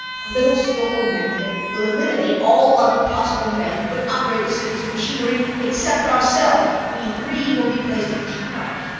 a little skilful management will eliminate all other possible men who could operate the city's machinery, except ourselves. we three will be placed in charge.